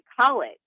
college